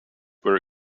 were